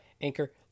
Anchor